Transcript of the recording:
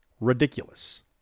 ridiculous